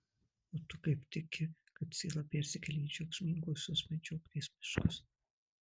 o tu kaip tiki kad siela persikelia į džiaugsmingosios medžioklės miškus